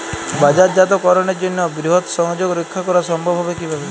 বাজারজাতকরণের জন্য বৃহৎ সংযোগ রক্ষা করা সম্ভব হবে কিভাবে?